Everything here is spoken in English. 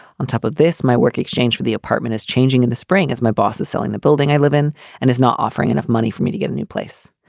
on top of this, my work exchanged for the apartment is changing in the spring as my boss is selling the building i live in and is not offering enough money for me to get a new place.